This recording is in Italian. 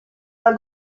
dal